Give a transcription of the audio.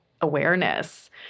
awareness